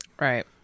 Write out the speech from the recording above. Right